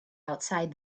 outside